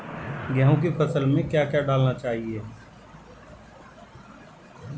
गेहूँ की फसल में क्या क्या डालना चाहिए?